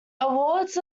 awards